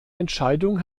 entscheidung